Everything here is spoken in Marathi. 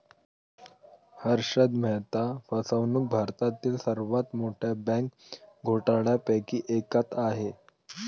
हर्षद मेहता फसवणूक भारतातील सर्वात मोठ्या बँक घोटाळ्यांपैकी एक आहे